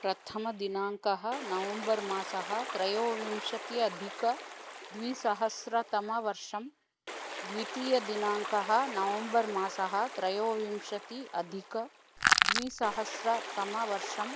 प्रथमदिनाङ्कः नवम्बर् मासः त्रयोविंशत्यधिक द्विसहस्रतमवर्षं द्वितीयदिनाङ्कः नवम्बर् मासः त्रयोविंशत्यधिक द्विसहस्रतमवर्षम्